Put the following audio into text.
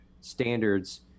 standards